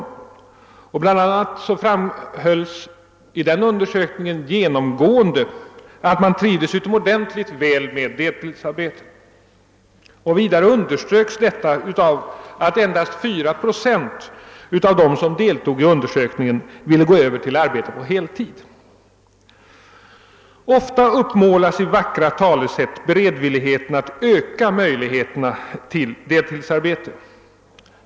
I denna undersökning framhölls bl.a. genomgående att de tillfrågade trivdes utomordentligt väl med deltidsarbetet. Vidare underströks att endast 4 procent av dem som deltog i undersökningen ville gå över till arbete på heltid. Ofta uppmålas i vackra talesätt beredvilligheten att öka möjligheterna till deltidsarbete.